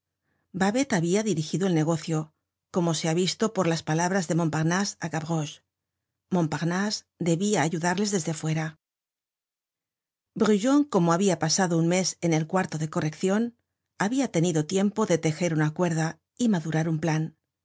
incomunicado babet habia dirigido el negocio como se ha visto por las palabras de montparnase á gavroche montparnase debia ayudarles desde fuera brujon como habia pasado un mes en el cuarto de correccion habia tenido tiempo de tejer una cuerda y madurar un plan en